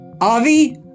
Avi